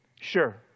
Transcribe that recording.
Sure